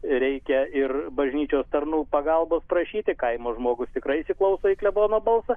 reikia ir bažnyčios tarnų pagalbos prašyti kaimo žmogus tikrai įsiklauso į klebono balsą